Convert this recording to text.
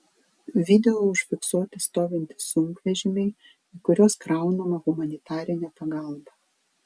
video užfiksuoti stovintys sunkvežimiai į kuriuos kraunama humanitarinė pagalba